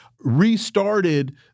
restarted